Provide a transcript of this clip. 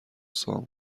سامون